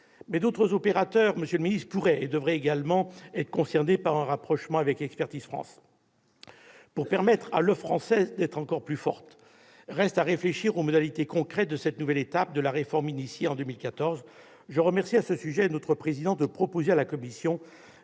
d'autres opérateurs pourraient et devraient également être concernés par un rapprochement avec Expertise France, pour permettre à l'offre française d'être encore plus forte. Reste à réfléchir aux modalités concrètes de cette nouvelle étape de la réforme initiée en 2014. Je remercie notre président d'avoir proposé à la commission